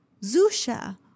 Zusha